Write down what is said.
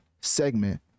segment